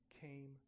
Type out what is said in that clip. came